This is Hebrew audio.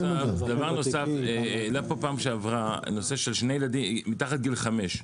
בפעם הקודמת עלה כאן נושא של שני ילדים מתחת לגיל חמש.